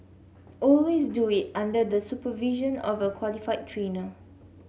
always do it under the supervision of a qualified trainer